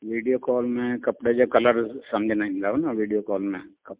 video call में कपिड़े जे कलर समुझ न ईंदव न वीडियो कॉल में